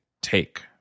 take